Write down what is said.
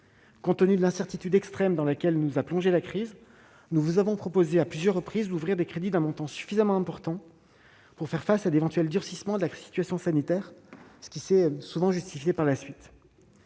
Compte tenu de l'incertitude extrême dans laquelle nous a plongés la crise, nous vous avons proposé à plusieurs reprises d'ouvrir des crédits d'un montant suffisamment important pour faire face à d'éventuels durcissements de la situation sanitaire, ce qui s'est souvent justifié par la suite.